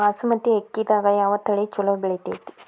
ಬಾಸುಮತಿ ಅಕ್ಕಿದಾಗ ಯಾವ ತಳಿ ಛಲೋ ಬೆಳಿತೈತಿ?